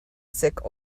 sick